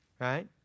right